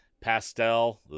Pastel